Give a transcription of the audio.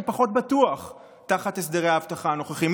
כי פחות בטוח תחת הסדרי האבטחה הנוכחיים,